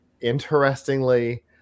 Interestingly